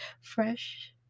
fresh